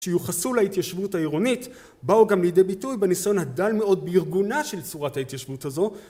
שיוחסו להתיישבות העירונית באו גם לידי ביטוי בניסיון הדל מאוד בארגונה של צורת ההתיישבות הזו..